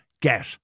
get